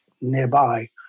nearby